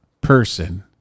person